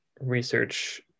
research